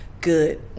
good